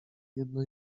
jedno